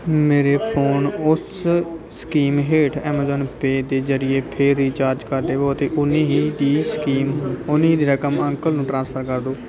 ਮੇਰੇ ਫੋਨ ਉਸ ਸਕੀਮ ਹੇਠ ਐਮਾਜ਼ਾਨ ਪੇ ਦੇ ਜ਼ਰੀਏ ਫਿਰ ਰਿਚਾਰਜ ਕਰ ਦੇਵੋ ਅਤੇ ਉੰਨੀ ਹੀ ਦੀ ਸਕੀਮ ਉੰਨੀ ਦੀ ਰਕਮ ਅੰਕਲ ਨੂੰ ਟ੍ਰਾਂਸਫਰ ਕਰ ਦਿਓ